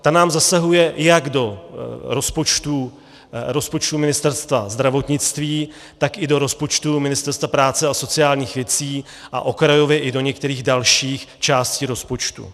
Ta nám zasahuje jak do rozpočtu Ministerstva zdravotnictví, tak i do rozpočtu Ministerstva práce a sociálních věcí a okrajově i do některých dalších částí rozpočtů.